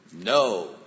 No